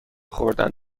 خوردن